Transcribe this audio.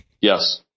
Yes